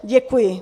Děkuji.